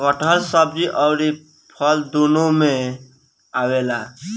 कटहल सब्जी अउरी फल दूनो में आवेला